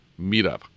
meetup